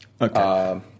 Okay